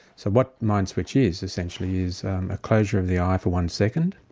so what mindswitch is essentially is a closure of the eye for one second.